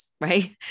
Right